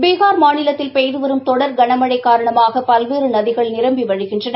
பீகார் மாநிலத்தில் பெய்துவரும் தொடர் கனமழைகாரணமாகபல்வேறுநதிகள் நிரம்பிவழிகின்றன